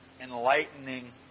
enlightening